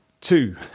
two